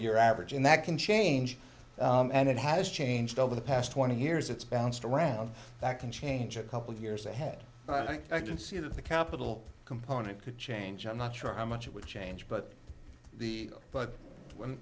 year average and that can change and it has changed over the past twenty years it's bounced around that can change a couple of years ahead and i can see that the capital component could change i'm not sure how much it would change but the but when